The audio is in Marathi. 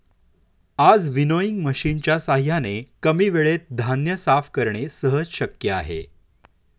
आज विनोइंग मशिनच्या साहाय्याने कमी वेळेत धान्य साफ करणे सहज शक्य आहे